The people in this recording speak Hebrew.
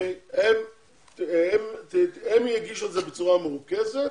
הם יגישו את זה בצורה מרוכזת